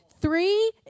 Three